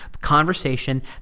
conversation